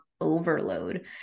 overload